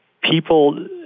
People